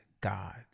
gods